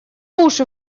уши